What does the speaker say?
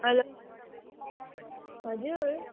hello हजुर